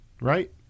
right